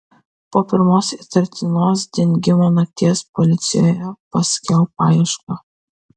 po pirmos įtartinos dingimo nakties policijoje paskelbk paiešką